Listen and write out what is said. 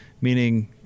Meaning